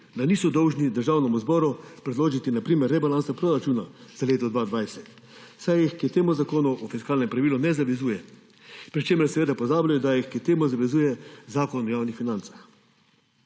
da niso dolži Državnemu zboru predložiti na primer rebalansa proračuna za leto 2020, saj jih k temu Zakon o fiskalnem pravilu ne zavezuje, pri čemer seveda pozabljajo, da jih k temu zavezuje Zakon o javnih financah.